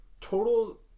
Total